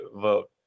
vote